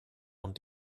und